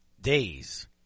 days